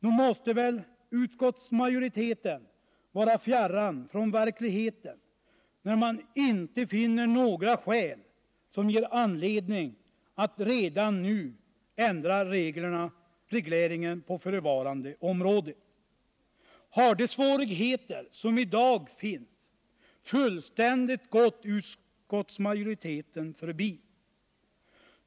Nog måste väl utskottsmajoriteten vara fjärran från verkligheten när man inte finner några skäl till att redan nu ändra regleringen på förevarande område. Har de svårigheter som i dag finns fullständigt förbigått utskottsmajoriteten?